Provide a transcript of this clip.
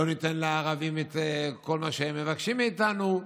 לא ניתן לערבים את כל מה שהם מבקשים מאיתנו,